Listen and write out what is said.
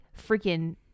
freaking